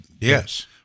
Yes